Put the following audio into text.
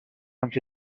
anche